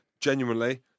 Genuinely